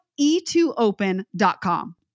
e2open.com